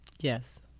Yes